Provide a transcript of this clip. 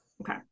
okay